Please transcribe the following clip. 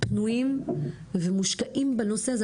פנויים ומושקעים בנושא הזה.